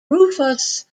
rufous